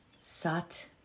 Sat